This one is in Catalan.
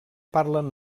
parlen